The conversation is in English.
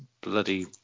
bloody